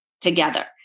together